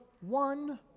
one